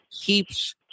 keeps